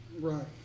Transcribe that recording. Right